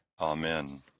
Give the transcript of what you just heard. Amen